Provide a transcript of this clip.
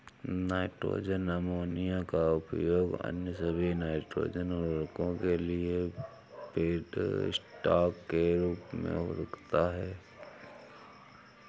nitrogen ammonia का उपयोग अन्य सभी नाइट्रोजन उवर्रको के लिए फीडस्टॉक के रूप में होता है